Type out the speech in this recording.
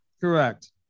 Correct